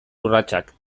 urratsak